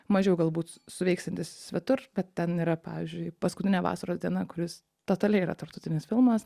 mažiau galbūt suveiksiantis svetur bet ten yra pavyzdžiui paskutinė vasaros diena kuris totaliai yra tarptautinis filmas